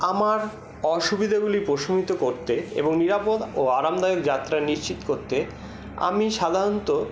আমার অসুবিধেগুলি প্রশমিত করতে এবং নিরাপদ ও আরামদায়ক যাত্রা নিশ্চিত করতে আমি সাধারণত